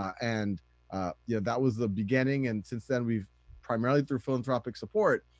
and yeah that was the beginning and since then, we've primarily through philanthropic support,